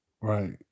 Right